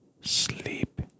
Sleep